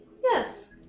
Yes